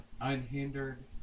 unhindered